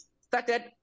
started